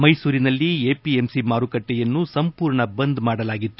ಮೈಸೂರಿನಲ್ಲಿ ಎಪಿಎಂಸಿ ಮಾರುಕಟ್ಟೆಯನ್ನು ಸಂಪೂರ್ಣ ಬಂದ್ ಮಾಡಲಾಗಿತ್ತು